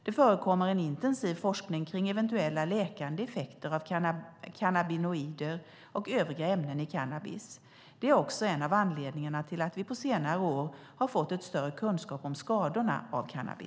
Det förekommer en intensiv forskning kring eventuella läkande effekter av cannabinoider och övriga ämnen i cannabis. Det är också en av anledningarna till att vi på senare år har fått större kunskap om skadorna av cannabis.